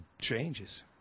changes